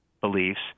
beliefs